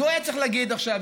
אז הוא היה צריך להגיד עכשיו,